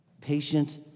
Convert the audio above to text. Patient